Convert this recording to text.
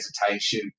hesitation